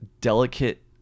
delicate